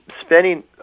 spending